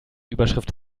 überschrift